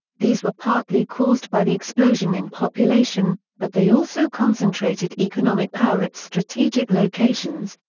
these were partly caused by the explosion in population, but they also concentrated economic power at strategic locations,